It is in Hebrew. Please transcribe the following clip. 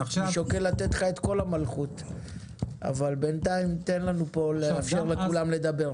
אני שוקל לתת לך את כל המלכות אבל בינתיים תן לנו פה לאפשר לכולם לדבר.